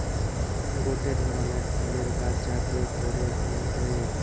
গটে ধরণের ফুলের গাছ যাতে করে হিং হয়ে